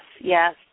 yes